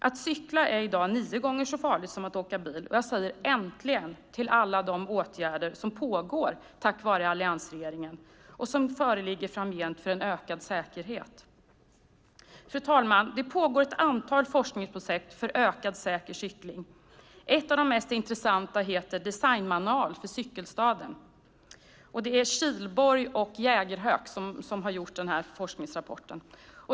Att cykla är i dag nio gånger så farligt som att åka bil. Jag säger äntligen till alla de åtgärder som tack vare alliansregeringen pågår och föreligger framgent för en ökad säkerhet. Fru talman! Det pågår ett antal forskningsprojekt för ökad säker cykling. Ett av de mest intressanta heter Designmanual för cykelstaden . Det är Kihlborg och Jägerhök som har lagt fram forskningsrapporten.